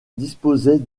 disposait